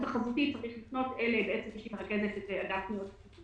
החזותית צריך לפנות אל מי שמרכזת את אגף פניות הציבור